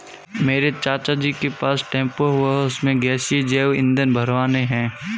मेरे चाचा जी के पास टेंपो है वह उसमें गैसीय जैव ईंधन भरवाने हैं